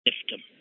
system